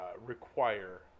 require